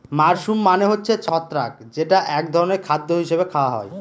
mushroom মানে হচ্ছে ছত্রাক যেটা এক ধরনের খাদ্য হিসাবে খাওয়া হয়